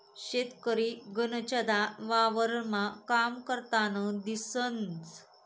शेतकरी गनचदा वावरमा काम करतान दिसंस